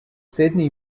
sydney